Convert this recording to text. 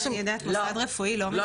ממה שאני יודעת מוסד רפואי לא --- לא,